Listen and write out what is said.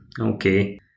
okay